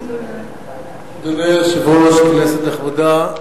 אדוני היושב-ראש, כנסת נכבדה,